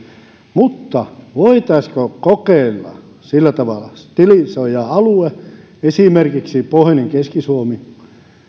mutta kun kuitenkin se työttömyys maksaa niin voitaisiinko kokeilla sillä tavalla että otetaan alue esimerkiksi pohjoinen keski suomi